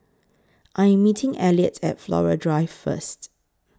I Am meeting Elliot At Flora Drive First